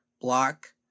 block